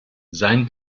sein